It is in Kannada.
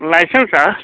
ಲೈಸೆನ್ಸಾ